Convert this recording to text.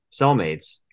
cellmates